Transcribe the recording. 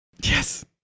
Yes